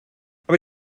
aber